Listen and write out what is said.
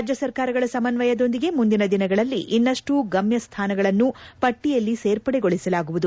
ರಾಜ್ಯ ಸರ್ಕಾರಗಳ ಸಮನ್ವಯದೊಂದಿಗೆ ಮುಂದಿನ ದಿನಗಳಲ್ಲಿ ಇನ್ನಷ್ಟು ಗಮ್ಮ ಸ್ವಾನಗಳನ್ನು ಪಟ್ಟಿಯಲ್ಲಿ ಸೇರ್ಪಡೆಗೊಳಿಸಲಾಗುವುದು